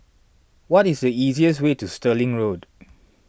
what is the easiest way to Stirling Road